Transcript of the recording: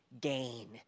gain